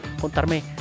contarme